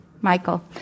Michael